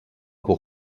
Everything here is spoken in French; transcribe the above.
pour